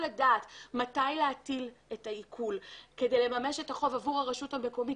הדעת מתי להטיל את העיקול כדי לממש את החוב עבור הרשות המקומית,